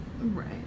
Right